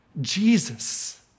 Jesus